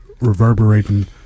reverberating